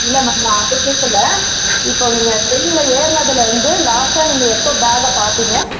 இல்லை மேம் நான் அதை கேட்கல இப்போ நீங்கள் ட்ரெயினில் ஏறுனதில் இருந்து லாஸ்ட்டாக நீங்கள் எப்போ பேக்கை பார்த்தீங்க